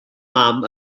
mam